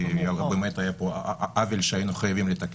כי באמת היה פה עוול שהיינו חייבים לתקן.